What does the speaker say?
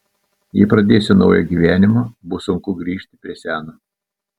jei pradėsiu naują gyvenimą bus sunku grįžt prie seno